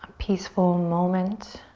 peaceful moment